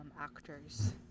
actors